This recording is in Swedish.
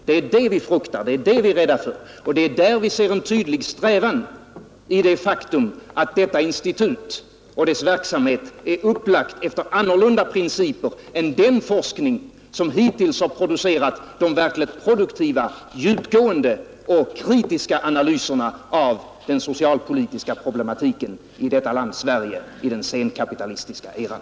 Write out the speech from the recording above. Det är det vi fruktar, det är det vi är rädda för och det är där vi ser en tydlig strävan i det faktum att verksamheten vid detta institut är upplagd efter andra principer än den forskning som hittills har producerat de verkligt produktiva, djupgående och kritiska analyserna av den socialpolitiska problematiken i detta land Sverige i den senkapitalistiska eran.